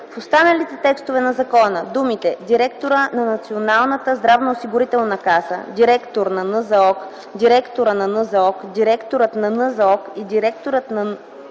В останалите текстове на закона думите „директора на Националната здравноосигурителна каса”, „директор на НЗОК”, „директора на НЗОК”, „Директорът на НЗОК” и „директорът на НЗОК”